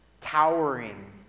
towering